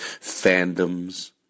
fandoms